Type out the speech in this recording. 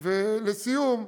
ולסיום,